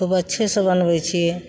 खूब अच्छेसँ बनबय छियै